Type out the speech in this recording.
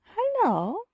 hello